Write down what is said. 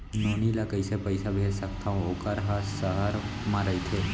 नोनी ल कइसे पइसा भेज सकथव वोकर ह सहर म रइथे?